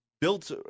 built